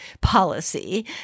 policy